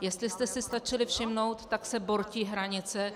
Jestli jste si stačili všimnout, tak se bortí hranice,